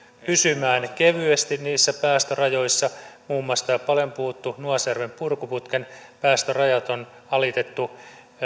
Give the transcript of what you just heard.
pysymään kevyesti niissä päästörajoissa muun muassa nämä paljon puhutut nuasjärven purkuputken päästörajat on alitettu